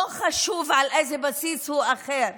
לא חשוב על איזה בסיס הוא אחר: